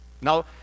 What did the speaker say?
Now